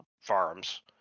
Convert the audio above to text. farms